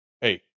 Hey